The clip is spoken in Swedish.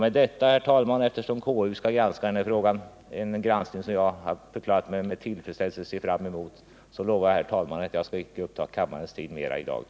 Med detta, herr talman, lovar jag att eftersom konstitutionsutskottet skall granska denna fråga — en granskning som jag har förklarat mig med tillfredsställelse se fram emot — att i dag icke ta mer av kammarens tid i anspråk.